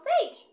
stage